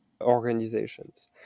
organizations